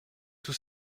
tous